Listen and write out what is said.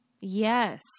Yes